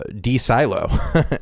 de-silo